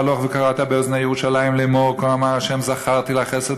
הלוך וקראת באזני ירושלים לאמר: כה אמר ה' זכרתי לך חסד